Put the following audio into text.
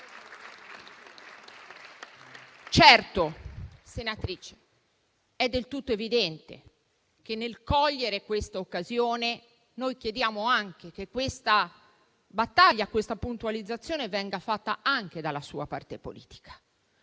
Certo, senatrice, è del tutto evidente che, nel cogliere questa occasione, chiediamo anche che questa battaglia, questa puntualizzazione venga fatta anche dalla sua parte politica,